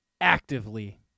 actively